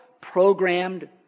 programmed